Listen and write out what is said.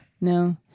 No